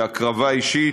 בהקרבה אישית,